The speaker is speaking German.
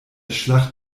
schlacht